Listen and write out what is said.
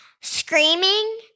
screaming